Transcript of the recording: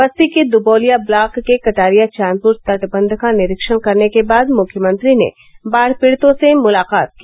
बस्ती के द्बौलिया ब्लाक के कटारिया चाँदपुर तटबंध का निरीक्षण करने के बाद मुख्यमंत्री ने बाढ़ पीड़ितों से मुलाकात की